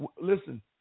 listen